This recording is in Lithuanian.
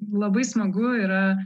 labai smagu yra